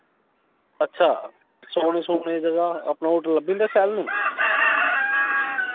सोने ई होटल लब्भी जंदे ना शैल नी